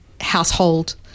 household